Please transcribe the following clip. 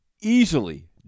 Easily